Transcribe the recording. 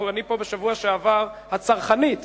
אני פה בשבוע שעבר, הצרכנית.